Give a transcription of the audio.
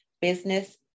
business